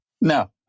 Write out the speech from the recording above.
No